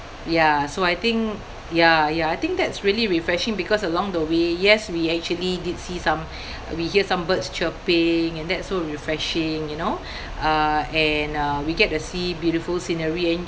ya so I think ya ya I think that's really refreshing because along the way yes we actually did see some we hear some birds chirping and that's so refreshing you know uh and uh we get to see beautiful scenery and